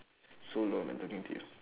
so long man talking to you